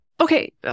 Okay